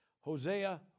Hosea